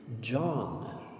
John